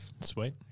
sweet